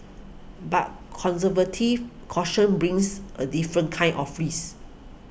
but conservative caution brings a different kind of race